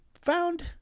found